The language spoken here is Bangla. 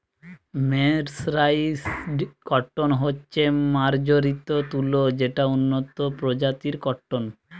মের্সরাইসড কটন হচ্ছে মার্জারিত তুলো যেটা উন্নত প্রজাতির কট্টন